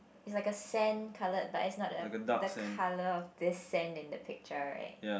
it's like a sand colour but it's not the the colour of this sand in the picture right